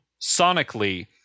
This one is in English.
sonically